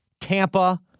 Tampa